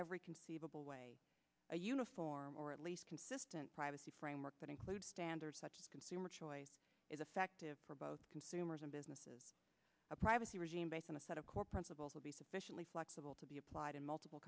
every conceivable way a uniform or at least consistent privacy framework that includes standards such as consumer choice is effective for both consumers and businesses a privacy regime based on a set of core principles will be sufficiently flexible to be applied in multiple